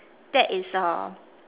that is err